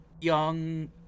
young